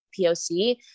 POC